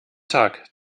tag